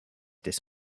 this